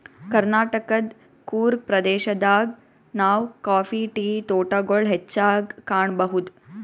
ಕರ್ನಾಟಕದ್ ಕೂರ್ಗ್ ಪ್ರದೇಶದಾಗ್ ನಾವ್ ಕಾಫಿ ಟೀ ತೋಟಗೊಳ್ ಹೆಚ್ಚಾಗ್ ಕಾಣಬಹುದ್